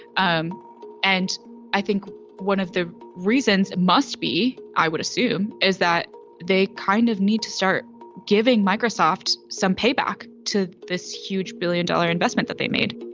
um and i think one of the reasons must be, i would assume, is that they kind of need to start giving microsoft some payback to this huge billion dollar investment that they made